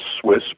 Swiss